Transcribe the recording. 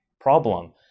problem